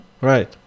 Right